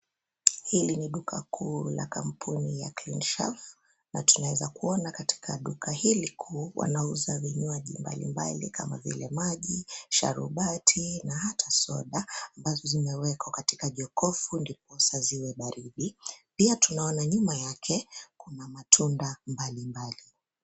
Hili ni duka kuu la kampuni ya CleanShelf na tunaweza kuona katika duka hili kuu wanauza vinywaji mbalimbali kama vile maji, sharubati na hata soda ambazo zimewekwa katika jokofu ndiposa ziwe baridi, pia tunaona nyuma yake kuna matunda mbalimbali.